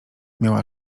miała